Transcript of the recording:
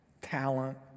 talent